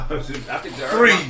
Three